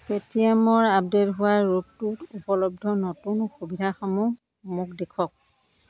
পে'টিএমৰ আপডে'ট হোৱা ৰূপটোত উপলব্ধ নতুন সুবিধাসমূহ মোক দেখুৱাওক